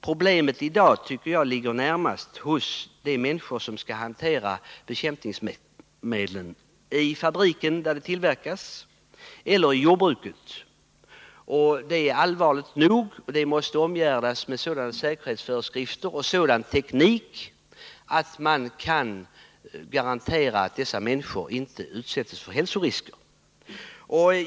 Problemet i dag gäller närmast de människor som skall hantera bekämpningsmedlen i fabriker där de tillverkas eller i jordbruket. Det problemet är allvarligt nog, och hanteringen måste omgärdas med sådana säkerhetsföreskrifter och sådan teknik att man kan garantera att dessa människor inte utsätts för hälsorisker.